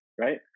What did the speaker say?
right